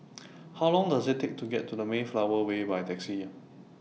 How Long Does IT Take to get to Mayflower Way By Taxi